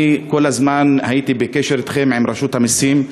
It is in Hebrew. אני כל הזמן הייתי בקשר אתכם, עם רשות המסים.